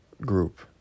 group